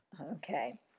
Okay